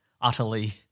utterly